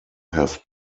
have